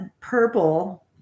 purple